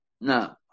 Now